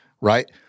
right